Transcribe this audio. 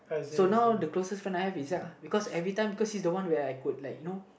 so now the closest friend I have is Zack ah because everytime because he's the one where I could like you know